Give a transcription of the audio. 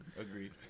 Agreed